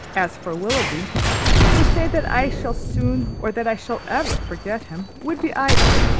as for willoughby to say that i shall soon or that i shall ever forget him, would be idle.